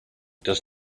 does